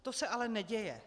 To se ale neděje.